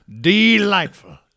delightful